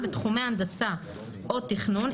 בתחומי הנדסה או תכנון,